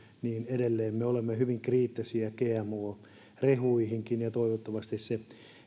niin edelleen me olemme hyvin kriittisiä gmo rehuihinkin ja toivottavasti se